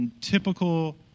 typical